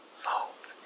salt